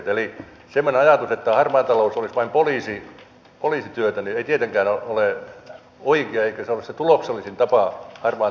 eli semmoinen ajatus että harmaa talous olisi vain poliisityötä ei tietenkään ole oikea eikä se ole se tuloksellisin tapa harmaan talouden torjunnassa